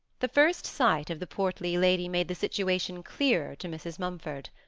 the first sight of the portly lady made the situation clearer to mrs. mumford.